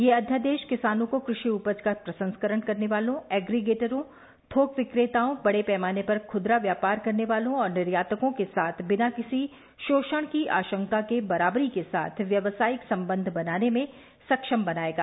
यह अध्यादेश किसानों को कृषि उपज का प्रसंस्करण करने वालों एग्रीगेटरों थोक विक्रेताओं बडे पैमाने पर खुदरा व्यापार करने वालों और निर्यातकों के साथ बिना किसी शोषण की आशंका के बराबरी के साथ व्यावसायिक संबंध बनाने में सक्षम बनाएगा